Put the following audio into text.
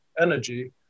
energy